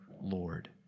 Lord